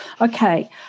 okay